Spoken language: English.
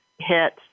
hit